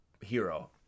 hero